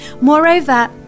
Moreover